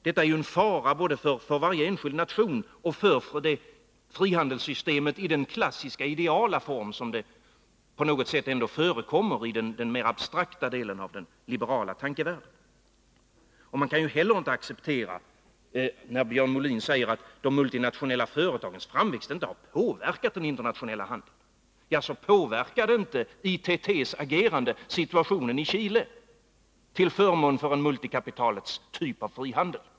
Detta är en fara både för varje enskild nation och för frihandelssystemet i den klassiska ideala form som förekommer i den mer abstrakta delen av den liberala tankevärlden. Man kan inte heller acceptera vad Björn Molin säger om att de multinationella företagens framväxt inte har påverkat den internationella handeln. Jaså, påverkade inte ITT:s agerande situationen i Chile till förmån för multikapitalets typ av frihandel?